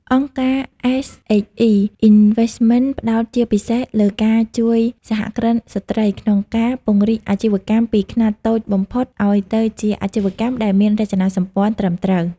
អង្គការ SHE Investments ផ្ដោតជាពិសេសលើការជួយ "សហគ្រិនស្រ្តី" ក្នុងការពង្រីកអាជីវកម្មពីខ្នាតតូចបំផុត ឱ្យទៅជាអាជីវកម្មដែលមានរចនាសម្ព័ន្ធត្រឹមត្រូវ។